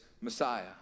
Messiah